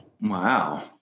Wow